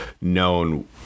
known